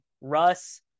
Russ